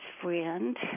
friend